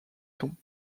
tons